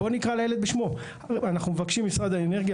בואו נקרא לילד בשמו: אנחנו מבקשים ממשרד האנרגיה,